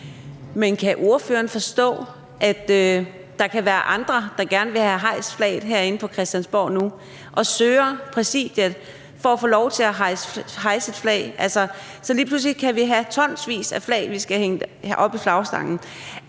Men kan ordføreren forstå, at der kan være andre, der gerne vil have hejst et flag herinde på Christiansborg nu, og som søger Præsidiet om lov til at hejse et flag? Lige pludselig kan vi have tonsvis af flag, vi skal have hængt op i flagstangen.